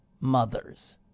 mothers